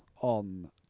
on